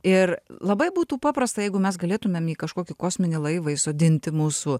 ir labai būtų paprasta jeigu mes galėtumėm į kažkokį kosminį laivą įsodinti mūsų